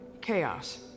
chaos